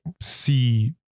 see